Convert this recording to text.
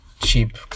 cheap